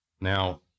Now